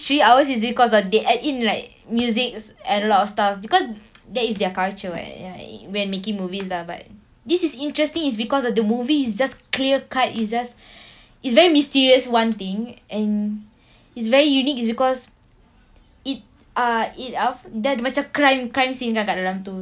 three hours is because uh they add in like musics and a lot of stuff because that is their culture [what] ya when making movies lah but this is interesting it's because of the movie it's just clear cut it's just it's very mysterious one thing and it's very unique is because it ah it dia ada macam crime crime scene kat dalam tu